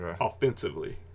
Offensively